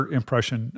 impression